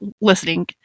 listening